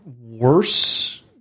worse